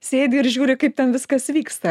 sėdi ir žiūri kaip ten viskas vyksta